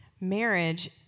Marriage